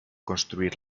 construir